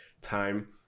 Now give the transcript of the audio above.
time